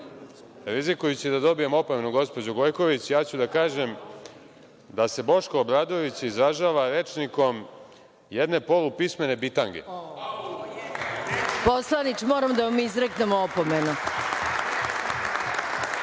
Rizikujući da dobijem opomenu, gospođo Gojković, ja ću da kažem, da se Boško Obradović izražava rečnikom jedne polupismene bitange. **Maja Gojković** Poslaničke moram da vam izreknem opomenu.